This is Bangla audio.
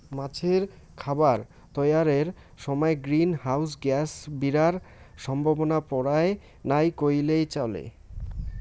মাছের খাবার তৈয়ারের সমায় গ্রীন হাউস গ্যাস বিরার সম্ভাবনা পরায় নাই কইলেই চলে